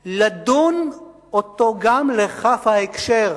צריך לדון אותו גם לכף ההקשר,